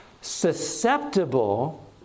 susceptible